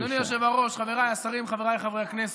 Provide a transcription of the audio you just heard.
היושב-ראש, חבריי השרים, חבריי חברי הכנסת,